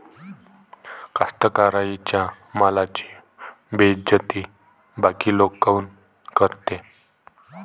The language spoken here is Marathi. कास्तकाराइच्या मालाची बेइज्जती बाकी लोक काऊन करते?